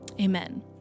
amen